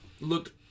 looked